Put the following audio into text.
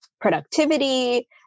productivity